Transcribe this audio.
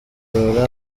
kugarura